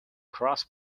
cross